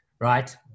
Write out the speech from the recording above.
right